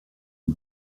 une